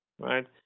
right